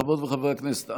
חברות וחברי הכנסת,